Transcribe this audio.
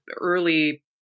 early